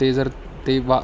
ते जर ते वा